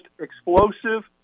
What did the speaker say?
explosive